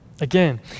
Again